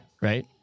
right